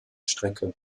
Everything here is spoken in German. strecke